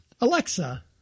Alexa